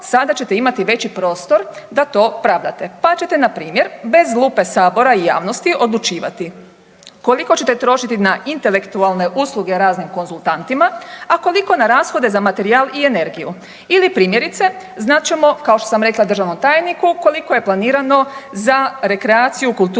sada ćete imati veći prostor da to pravdate, pa ćete npr. bez lupe Sabora i javnosti odlučivati koliko ćete trošiti na intelektualne usluge raznim konzultantima, a koliko na rashode za materijal i energiju ili primjerice znat ćemo kao što sam rekla državnom tajniku koliko je planirano za rekreaciju, kulturu